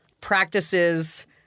practices